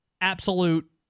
Absolute